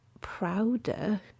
prouder